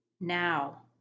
Now